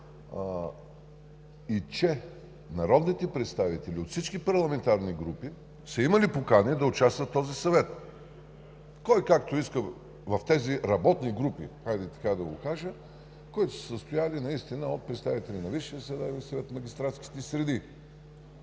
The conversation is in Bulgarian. и народните представители от всички парламентарни групи са имали покани да участват в този съвет. Кой както иска в тези работни групи, които са се състояли наистина от представители на Висшия